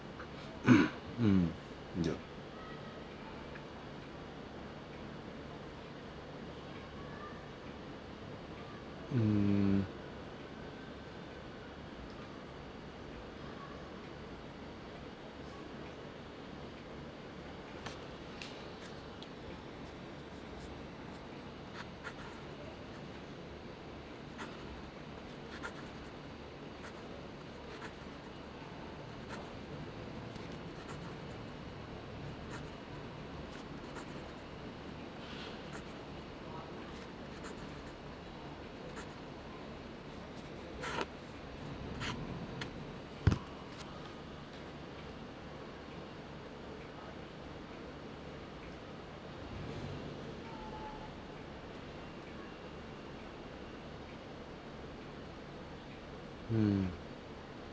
mm yup mm mm